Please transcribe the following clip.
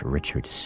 Richard